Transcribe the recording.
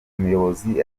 umuyobozi